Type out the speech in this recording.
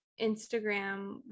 instagram